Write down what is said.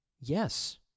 yes